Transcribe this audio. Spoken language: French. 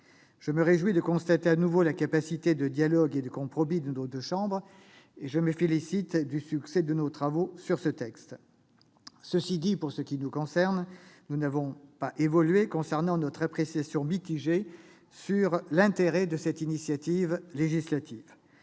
Je me réjouis de pouvoir constater de nouveau la capacité de dialogue et de compromis de nos deux chambres, et je me félicite du succès de nos travaux sur ce texte. Cela dit, pour ce qui nous concerne, nous maintenons notre appréciation mitigée sur l'intérêt de cette initiative législative.